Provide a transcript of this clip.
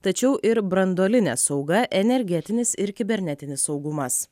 tačiau ir branduolinė sauga energetinis ir kibernetinis saugumas